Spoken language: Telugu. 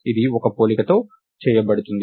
ఇది ఒక పోలిక తో చేయబడుతుంది